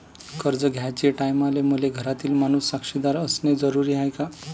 कर्ज घ्याचे टायमाले मले घरातील माणूस साक्षीदार असणे जरुरी हाय का?